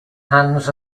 hands